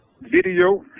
video